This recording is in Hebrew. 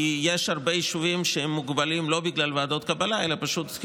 כי יש הרבה יישובים שמוגבלים לא בגלל ועדות קבלה אלא פשוט כי